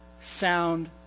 sound